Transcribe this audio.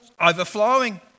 overflowing